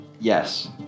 yes